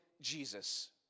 Jesus